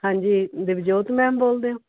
ਹਾਂਜੀ ਦਿਵਜੋਤ ਮੈਮ ਬੋਲਦੇ ਹੋ